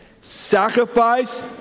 sacrifice